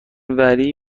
وری